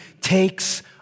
takes